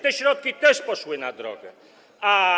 Te środki też poszły na drogi.